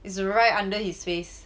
is right under his face